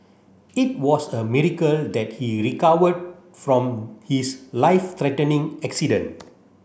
it was a miracle that he recovered from his life threatening accident